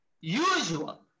usual